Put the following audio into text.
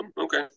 okay